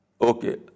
okay